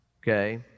okay